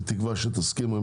בתקווה שתסכימו.